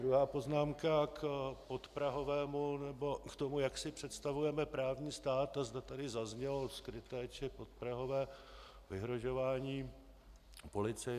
Druhá poznámka k podprahovému nebo k tomu, jak si představujeme právní stát a zda tady zaznělo skryté či podprahové vyhrožování policii.